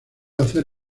hacer